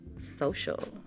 Social